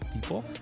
people